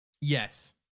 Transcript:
Yes